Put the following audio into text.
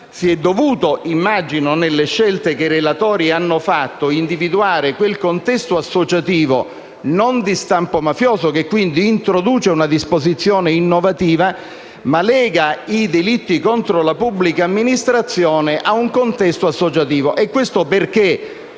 si poteva fare. Immagino che nelle scelte fatte dai relatori si sia dovuto individuare quel contesto associativo non di stampo mafioso, e che quindi introduce una disposizione innovativa, che lega i delitti contro la pubblica amministrazione a un contesto associativo. È chiaro che